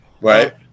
right